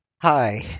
Hi